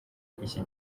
iki